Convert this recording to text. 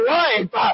life